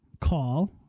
call